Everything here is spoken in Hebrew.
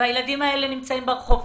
והילדים האלה נמצאים ברחובות,